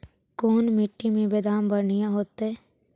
कोन मट्टी में बेदाम बढ़िया होतै?